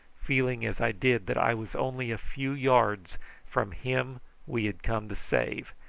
feeling as i did that i was only a few yards from him we had come to save,